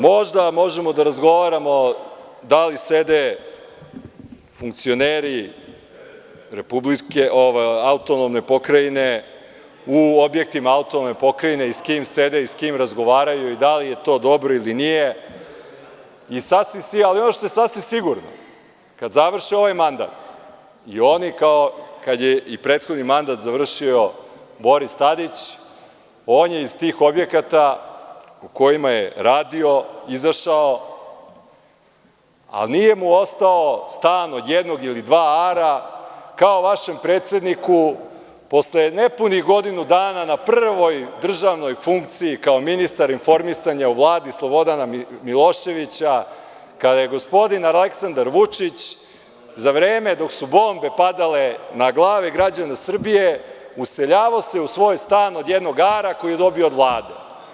Možda možemo da razgovaramo da li sede funkcioneri AP u objektima AP, s kim sede i s kim razgovaraju i da li je to dobro ili nije, ali ono što je sasvim sigurno, kada završe ovaj mandat, i oni kao i kad je prethodni mandat završio Boris Tadić, on je iz tih objekata u kojima je radio izašao, a nije mu ostao stan od jednog ili dva ara, kao vašem predsedniku posle nepunih godinu dana na prvoj državnoj funkciji kao ministar informisanja u Vladi Slobodana Miloševića, kada se gospodin Aleksandar Vučić, za vreme dok su bombe padale na glave građana Srbije, useljavao u svoj stan od jednog ara koji je dobio od Vlade.